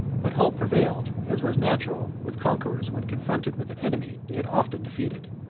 but hope prevailed, as was natural with conquerors when confronted with an enemy they had often de feated.